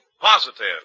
positive